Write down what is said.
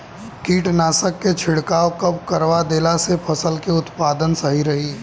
कीटनाशक के छिड़काव कब करवा देला से फसल के उत्पादन सही रही?